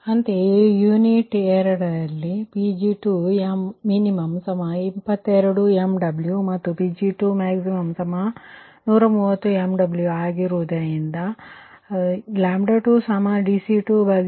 ಅಂತೆಯೇ ಯುನಿಟ್ 2ನಲ್ಲಿ Pg2min22 MW ಮತ್ತು Pg2max130 MW ಆಗಿರುವುದು ಆದ್ದರಿಂದ 2dC2dPg20